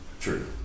true